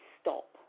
stop